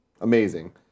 amazing